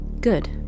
Good